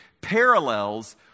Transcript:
parallels